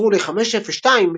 קיצרו ל-502,